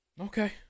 Okay